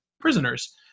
prisoners